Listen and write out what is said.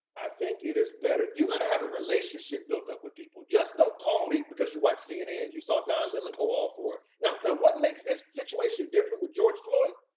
i think it is better you gotta have a relationship built up with people. just don't call me because you watched cnn. and you saw don lemon go all for it. now, what makes this situation different with george floyd?